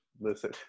listen